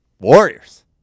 Warriors